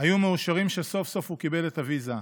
היו מאושרים שסוף-סוף הוא קיבל את הוויזה,